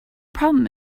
problem